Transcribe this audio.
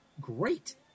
great